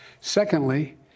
Secondly